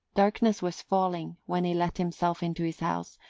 darkness was falling when he let himself into his house,